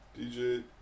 DJ